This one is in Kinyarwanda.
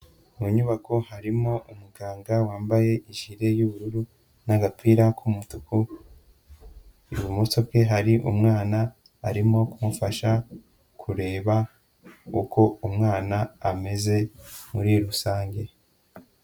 Mu nyubako harimo umuganga wambaye ijire y'ubururu n'agapira k'umutuku, ibumoso bwe hari umwana arimo kumufasha kureba uko umwana ameze muri rusange.